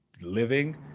living